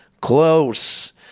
close